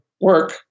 work